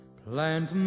plant